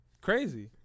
crazy